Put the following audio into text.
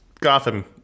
Gotham